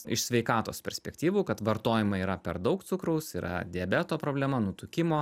iš sveikatos perspektyvų kad vartojama yra per daug cukraus yra diabeto problema nutukimo